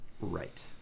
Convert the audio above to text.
Right